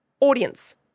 audience